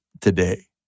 today